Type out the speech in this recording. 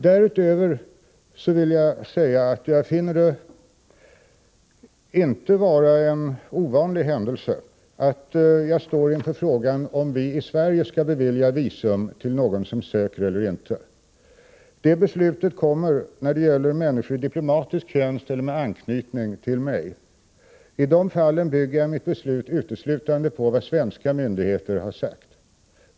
Därutöver vill jag säga att jag inte finner det vara en ovanlig händelse att jag står inför frågan om vi i Sverige skall bevilja visum eller inte när någon ansöker om ett sådant. Det beslutet ankommer det på mig att fatta när det gäller människor i diplomatisk tjänst eller med anknytning därtill. I de fallen bygger jag mitt beslut uteslutande på vad svenska myndigheter har sagt.